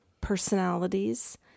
personalities